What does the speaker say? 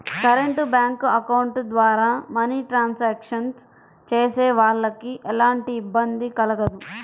current bank account ద్వారా money transactions చేసేవాళ్ళకి ఎలాంటి ఇబ్బంది కలగదు